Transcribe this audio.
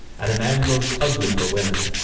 and a man grows ugly for women,